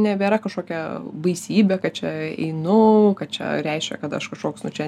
nebėra kažkokia baisybė kad čia einu kad čia reiškia kad aš kažkoks nu čia